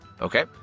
Okay